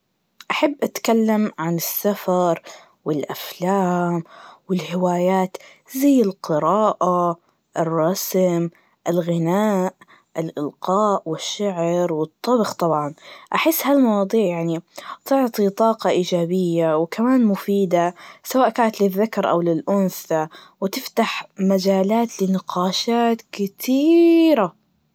أحب أتكلم عن السفر, والأفلام, والهوايات, زي القراءة, الرسم, الغناء, الإلقاء, والشعر, والطبخ طبعاً, أحس هالمواضيع يعني تعطي طاقة إيجابيةة, وكمان مفيدة, سواء كانت للذكر أو للأنثى, وتفتح مالات لنقاشات كتييييرة.